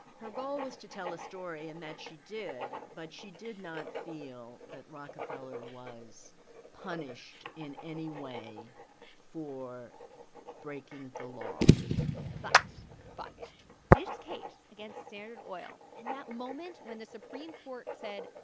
her goal was to tell a story, and that she did. but she did not feel that rockefeller was punished in any way for breaking the law but but this case against standard oil and that moment when the supreme court said,